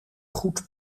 goed